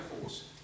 force